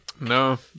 No